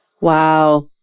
Wow